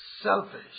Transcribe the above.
selfish